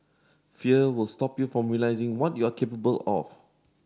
fear will stop you from realising what you are capable of